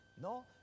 no